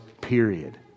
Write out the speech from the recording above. period